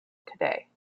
today